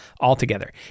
altogether